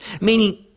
meaning